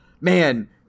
man